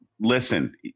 listen